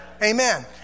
Amen